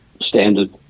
standard